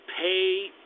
pay